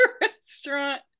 restaurant